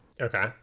Okay